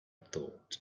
thought